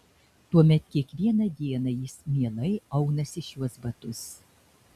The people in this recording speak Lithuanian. tuomet kiekvieną dieną jis mielai aunasi šiuos batus